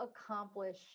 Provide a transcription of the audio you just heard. accomplish